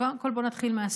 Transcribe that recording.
קודם כול, בוא נתחיל מהסוף.